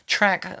Track